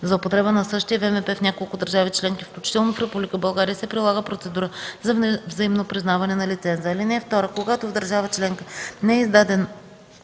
за употреба за същия ВМП в няколко държави членки, включително в Република България, се прилага процедура за взаимно признаване на лиценза.